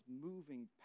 moving